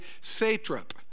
satrap